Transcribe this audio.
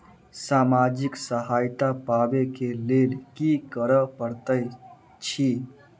सामाजिक सहायता पाबै केँ लेल की करऽ पड़तै छी?